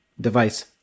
device